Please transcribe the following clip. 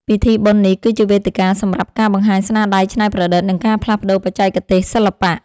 ពិធីបុណ្យនេះគឺជាវេទិកាសម្រាប់ការបង្ហាញស្នាដៃច្នៃប្រឌិត និងការផ្លាស់ប្តូរបច្ចេកទេសសិល្បៈ។